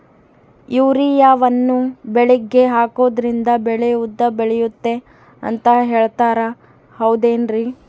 ಯೂರಿಯಾವನ್ನು ಬೆಳೆಗೆ ಹಾಕೋದ್ರಿಂದ ಬೆಳೆ ಉದ್ದ ಬೆಳೆಯುತ್ತೆ ಅಂತ ಹೇಳ್ತಾರ ಹೌದೇನ್ರಿ?